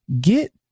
get